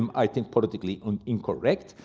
um i think politically, um incorrect.